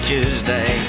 Tuesday